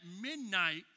midnight